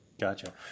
Gotcha